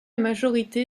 majorité